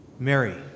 Mary